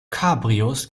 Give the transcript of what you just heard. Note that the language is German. cabrios